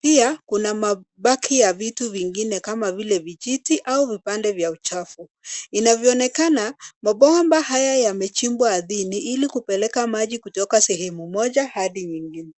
pia kuna mabaki ya vitu vingine kama vile vijiti au vipande vya uchafu inavyoonekana mabomba haya yamechimbwa ardhini ili kupeleka maji kutoka sehemu moja adi sehemu ingine.